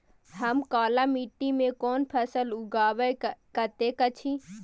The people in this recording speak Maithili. हम काला माटी में कोन फसल लगाबै सकेत छी?